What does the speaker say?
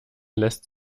lässt